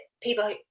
people